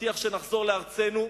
והבטיח שנחזור לארצנו.